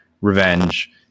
revenge